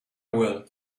will